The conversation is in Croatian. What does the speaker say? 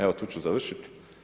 Evo tu ću završiti.